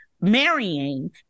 Marrying